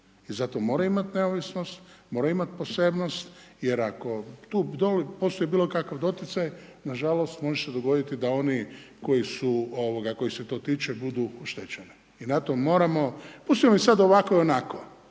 i zato moraju imati neovisnost, moraju imati posebnost jer ako tu postoji bilokakav doticaj, nažalost može se dogoditi da oni kojih se to tiče budu oštećeni i na tom moramo, pustimo sada ovako, onako,